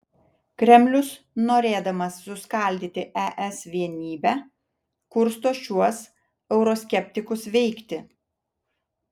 kremlius norėdamas suskaldyti es vienybę kursto šiuos euroskeptikus veikti